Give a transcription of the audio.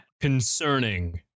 concerning